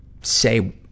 say